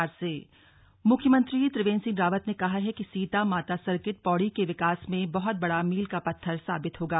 शरदोत्सव Pauri CM मुख्यमंत्री त्रिवेन्द्र सिंह रावत ने कहा है कि सीता माता सर्किट पौड़ी के विकास में बहुत बड़ा मील का पत्थर साबित होगा